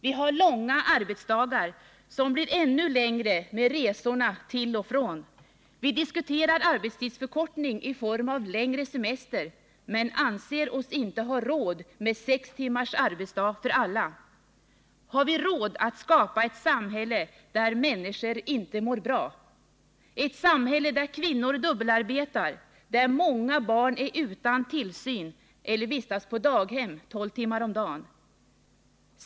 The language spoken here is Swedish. Vi har långa arbetsdagar, som blir ännu längre med resorna till och från arbetet. Vi diskuterar arbetstidsförkortning i form av längre semester, men vi anser oss inte ha råd med sex timmars arbetsdag för alla. Har vi råd att skapa ett samhälle där människorna inte mår bra — ett samhälle där kvinnor dubbelarbetar, där många barn är utan tillsyn eller vistas på daghem tolv timmar om dagen?